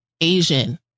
Asian